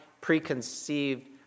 preconceived